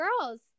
girls